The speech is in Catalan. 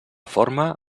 forma